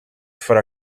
for